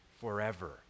forever